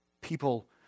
people